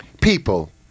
people